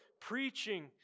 preaching